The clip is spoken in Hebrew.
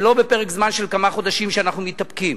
ולא בפרק זמן של כמה חודשים שאנחנו מתאפקים,